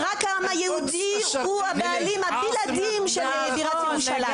העם היהודי הוא הבעלים הבלעדיים והיחיד של העיר ירושלים.